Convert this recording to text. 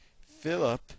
Philip